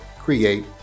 create